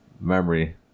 memory